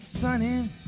Sunny